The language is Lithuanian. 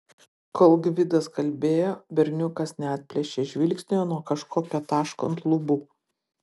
kol gvidas kalbėjo berniukas neatplėšė žvilgsnio nuo kažkokio taško ant lubų